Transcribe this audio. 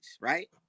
right